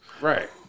Right